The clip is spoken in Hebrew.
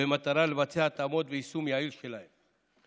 במטרה לבצע התאמות ויישום יעיל שלהן.